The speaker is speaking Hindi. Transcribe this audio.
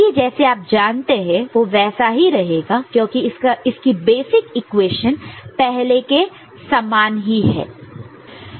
बाकी जैसे आप जानते हैं वो वैसा ही रहेगा क्योंकि इसकी बेसिक इक्वेशन पहले के समान ही है